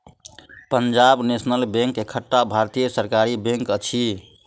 Punjab National Bank एकटा भारतीय सरकारी बैंक अछि